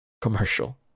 commercial